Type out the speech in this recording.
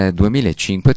2005